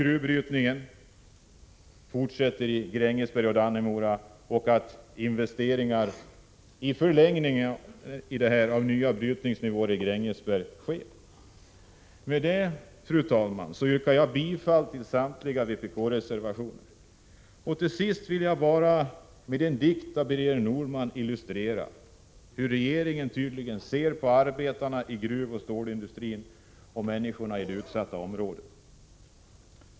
— Gruvbrytningen i Grängesberg och Dannemora skall fortsättas, och investeringar skall göras i nya brytningsnivåer i Grängesberg. Med detta, fru talman, yrkar jag bifall till samtliga vpk-reservationer. Till sist vill jag bara med en dikt av Birger Norman illustrera hur regeringen tydligen ser på arbetarna i gruvoch stålindustrin, människorna i utsatta områden.